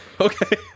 Okay